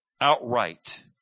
outright